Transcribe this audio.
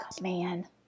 man